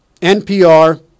NPR